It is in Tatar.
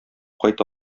кайта